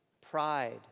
pride